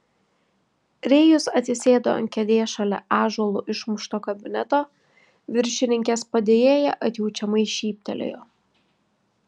rėjus atsisėdo ant kėdės šalia ąžuolu išmušto kabineto viršininkės padėjėja atjaučiamai šyptelėjo